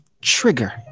trigger